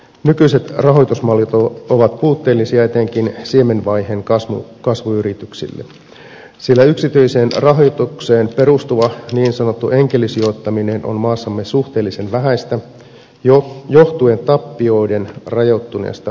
nykyiset rahoitusmallit ovat puutteellisia etenkin siemenvaiheen kasvuyrityksille sillä yksityiseen rahoitukseen perustuva niin sanottu enkelisijoittaminen on maassamme suhteellisen vähäistä johtuen tappioiden rajoittuneesta verovähennysoikeudesta